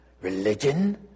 religion